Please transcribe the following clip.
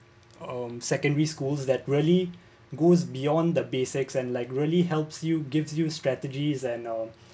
um secondary schools that really goes beyond the basics and like really helps you give you strategies and um